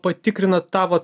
patikrinat tą vat